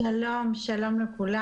שלום לכולם.